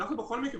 אנחנו בכל מקרה,